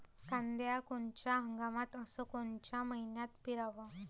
कांद्या कोनच्या हंगामात अस कोनच्या मईन्यात पेरावं?